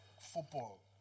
Football